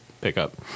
pickup